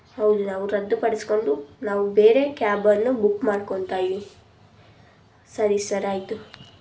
ಹೌದು ನಾವು ರದ್ದುಪಡಿಸಿಕೊಂಡು ನಾವು ಬೇರೆ ಕ್ಯಾಬನ್ನು ಬುಕ್ ಮಾಡ್ಕೊಂತೀವಿ ಸರಿ ಸರ್ ಆಯಿತು